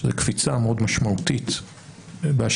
שזו קפיצה מאוד משמעותית בהשוואה